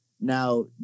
Now